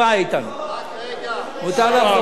מותר לחזור בתשובה.